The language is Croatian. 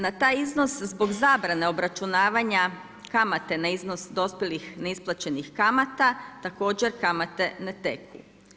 Na taj iznos zbog zabrane obračunavanja kamate na iznos dospjelih neisplaćenih kamata, također kamate ne teku.